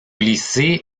lycée